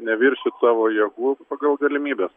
neviršyt savo jėgų pagal galimybes